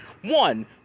One